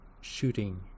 Shooting